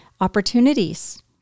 opportunities